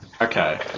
Okay